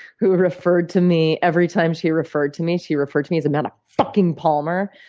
who referred to me every time she referred to me, she referred to me as amanda fucking palmer.